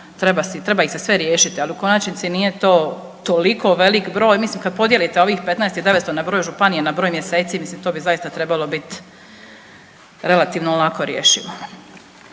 Treba ih se sve riješiti, ali u konačnici nije to toliko velik broj, mislim kad podijelite ovih 15 900 na broj županija, na broj mjeseci, mislim to bi zaista trebalo biti relativno lako rješivo.